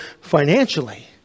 financially